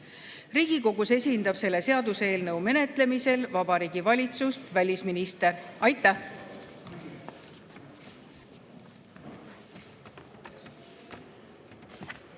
Riigikogus esindab selle seaduseelnõu menetlemisel Vabariigi Valitsust välisminister. Aitäh!